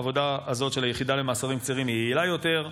העבודה הזאת של היחידה למאסרים קצרים היא יעילה יותר.